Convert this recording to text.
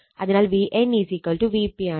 അതിനാൽ Van Vp ആണ്